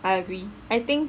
I agree I think